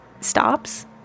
stops